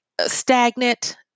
stagnant